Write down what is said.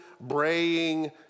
braying